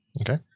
Okay